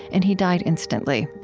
and he died instantly.